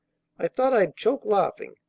i thought i'd choke laughing,